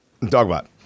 Dogbot